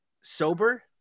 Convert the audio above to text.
sober